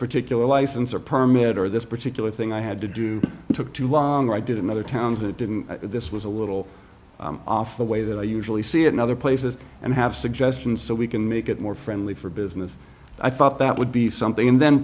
particular license or permit or this particular thing i had to do it took too long i did and other towns that didn't this was a little off the way that i usually see it in other places and have suggestions so we can make it more friendly for business i thought that would be something and the